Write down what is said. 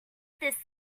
this